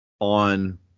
on